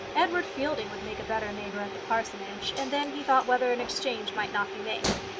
edward fielding would make a better neighbour at the parsonage, and then he thought whether an exchange might not be made.